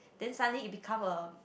then suddenly it become a